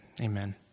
amen